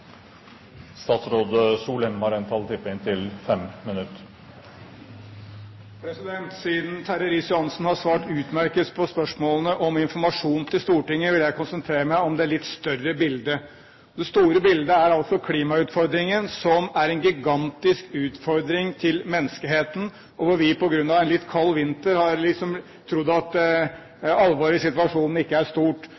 spørsmålene om informasjon til Stortinget, vil jeg konsentrere meg om det litt større bildet. Det store bildet er altså klimautfordringen, som er en gigantisk utfordring for menneskeheten, og hvor vi på grunn av en litt kald vinter har trodd